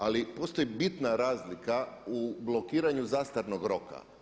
Ali postoji bitna razlika u blokiranju zastarnog roka.